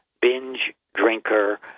binge-drinker